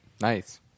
Nice